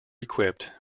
equipped